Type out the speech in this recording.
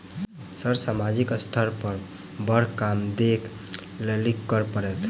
Sir सामाजिक स्तर पर बर काम देख लैलकी करऽ परतै?